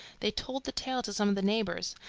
they told the tale to some of the neighbors,